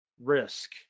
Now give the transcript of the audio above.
risk